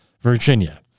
Virginia